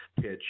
pitch